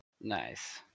Nice